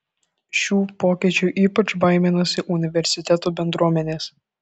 šių pokyčių ypač baiminasi universitetų bendruomenės